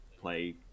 play